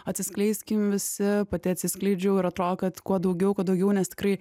atsiskleiskim visi pati atsiskleidžiau ir atrodo kad kuo daugiau kuo daugiau nes tikrai